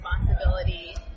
responsibility